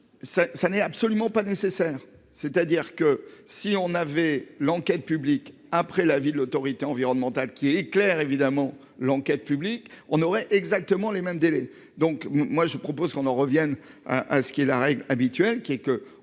ça n'est absolument pas nécessaire, c'est-à-dire que si on avait l'enquête publique après l'avis de l'Autorité environnementale qui est clair, évidemment. L'enquête publique, on aurait exactement les mêmes délais. Donc moi je propose qu'on en revienne hein hein. Ce qui est la règle habituelle qui est que,